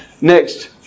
Next